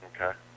Okay